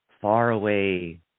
faraway